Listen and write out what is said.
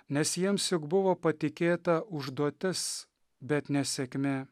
nes jiems juk buvo patikėta užduotis bet ne sėkmė